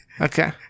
Okay